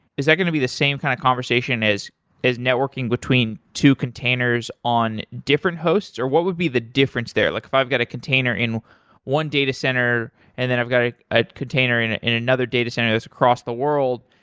is that going to be the same kind of conversation as as networking between two containers on different hosts or what would be the difference there? like if i've got a container in one datacenter and then i've got a container in in another datacenter that's across the world,